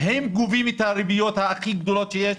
הם גובים את הריביות הכי גבוהות שיש.